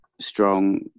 strong